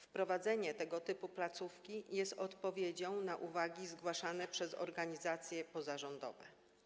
Wprowadzenie tego typu placówki jest odpowiedzią na uwagi zgłaszane przez organizacje pozarządowe.